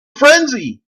frenzy